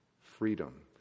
freedom